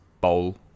bowl